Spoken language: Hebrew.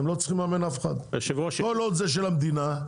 כל עוד זה של המדינה,